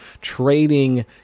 trading